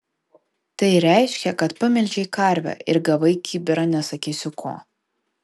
tai reiškia kad pamelžei karvę ir gavai kibirą nesakysiu ko